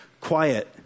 quiet